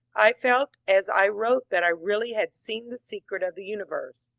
i felt as i wrote that i really had seen the secret of the universe.